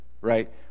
right